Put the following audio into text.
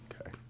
okay